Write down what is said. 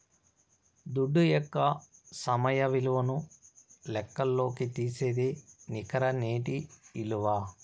దుడ్డు యొక్క సమయ విలువను లెక్కల్లోకి తీసేదే నికర నేటి ఇలువ